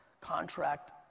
contract